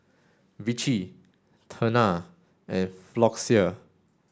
Vichy Tena and Floxia